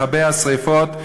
מכבי השרפות,